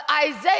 Isaiah